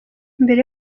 mbere